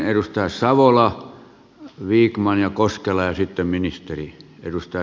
parlamentaarisen työryhmän juttu olisi ihan ok